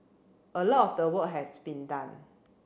a lot of the work has been done